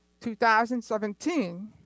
2017